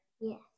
Yes